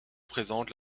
présentent